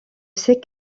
ces